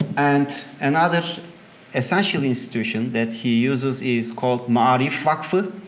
and another essential institution that he uses is called maarif vakfi,